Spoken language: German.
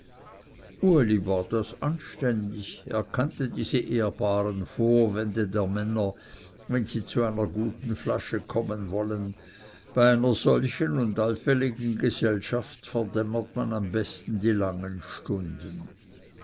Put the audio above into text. war das anständig er kannte diese ehrbaren vorwände der männer wenn sie zu einer guten flasche kommen wollen bei einer solchen und allfälliger gesellschaft verdämmert man am besten die langen stunden